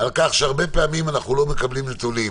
על כך שהרבה פעמים אנחנו לא מקבלים נתונים,